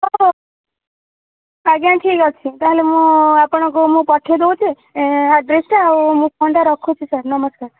ହ ହ ଆଜ୍ଞା ଠିକ୍ ଅଛି ତାହେଲେ ମୁଁ ଆପଣଙ୍କୁ ମୁଁ ପଠେଇଦେଉଛି ଆଡ଼୍ରେସ୍ ଟା ଆଉ ମୁଁ ଫୋନ୍ ଟା ରଖୁଛି ସାର୍ ନମସ୍କାର